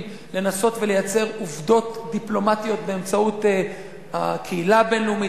לנסות ולייצר עובדות דיפלומטיות באמצעות הקהילה הבין-לאומית,